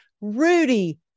Rudy